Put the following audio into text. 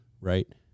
right